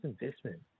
investment